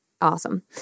awesome